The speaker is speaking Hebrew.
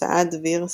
הוצאת דביר,